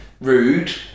rude